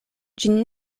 ĝin